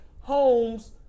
homes